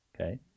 Okay